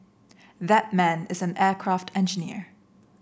that man is an aircraft engineer